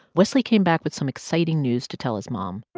wesley came back with some exciting news to tell his mom.